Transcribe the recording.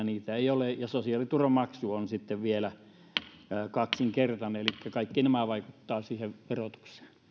niitä ei ole ja sosiaaliturvamaksu on vielä kaksinkertainen elikkä kaikki nämä vaikuttavat siihen verotukseen